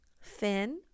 Finn